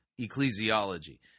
ecclesiology